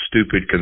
stupid